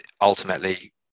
ultimately